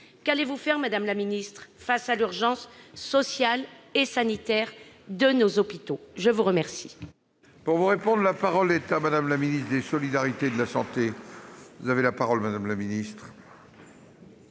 Qu'allez-vous faire, madame la ministre, face à l'urgence sociale et sanitaire de nos hôpitaux ? La parole